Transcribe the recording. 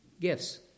gifts